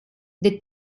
the